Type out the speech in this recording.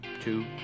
two